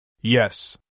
Yes